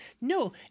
No